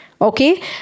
Okay